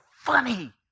funny